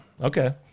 okay